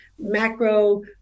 macro